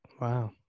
wow